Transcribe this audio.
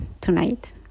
tonight